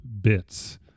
bits